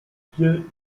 viel